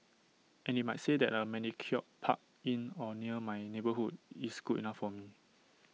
and they might say that A manicured park in or near my neighbourhood is good enough for me